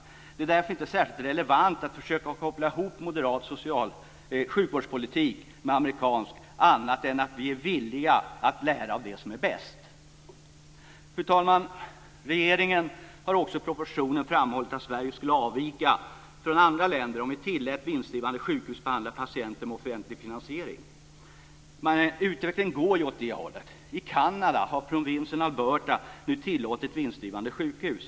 Det är därför inte särskilt relevant att försöka koppla ihop moderat sjukvårdspolitik med amerikansk annat än när det gäller att vi är villiga att lära av det som är bäst. Fru talman! Regeringen har också i propositionen framhållit att Sverige skulle avvika från andra länder om vi tillät vinstdrivande sjukhus att behandla patienter med offentlig finansiering. Utvecklingen går ju åt det hållet. I Kanada har provinsen Alberta nu tillåtit vinstdrivande sjukhus.